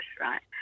right